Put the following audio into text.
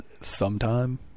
sometime